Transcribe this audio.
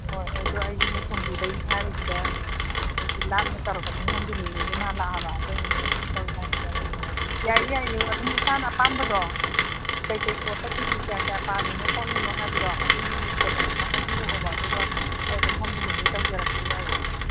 ꯍꯣꯏ ꯑꯩꯗꯣ ꯑꯩꯁꯨꯅꯦ ꯊꯣꯡꯖꯨꯗꯩꯅꯦ ꯍꯥꯏꯕꯁꯤꯗ ꯑꯩꯈꯣꯏꯒꯤ ꯂꯥꯞꯅ ꯇꯧꯔꯛꯄꯅꯤꯅ ꯍꯣꯝ ꯗꯤꯂꯤꯚꯔꯤꯒꯤ ꯃꯥꯜꯂꯛꯑꯕ ꯑꯗꯨꯒꯤ ꯑꯩꯅ ꯍꯪꯖꯔꯛꯏꯁꯦ ꯌꯥꯏꯌꯦ ꯌꯥꯏꯌꯦ ꯑꯗꯨꯝ ꯏꯁꯥꯅ ꯑꯄꯥꯝꯕꯗꯣ ꯀꯩꯀꯩ ꯄꯣꯠꯇ ꯀꯦꯖꯤ ꯀꯌꯥ ꯀꯌꯥ ꯄꯥꯝꯃꯤꯅꯣ ꯈꯣꯠꯂꯤꯅꯣ ꯍꯥꯏꯕꯗꯣ ꯑꯗꯨꯒꯤ ꯀꯩꯅꯣꯗꯨꯃ ꯍꯥꯏꯕꯤꯔꯛꯑꯣꯕ ꯑꯗꯨꯒ ꯑꯩ ꯑꯗꯨꯝ ꯍꯣꯝ ꯗꯤꯂꯤꯚꯔꯤ ꯇꯧꯖꯔꯛꯀꯦ ꯌꯥꯏꯌꯦ